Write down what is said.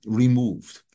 removed